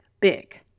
big